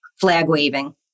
flag-waving